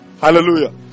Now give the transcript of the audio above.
Hallelujah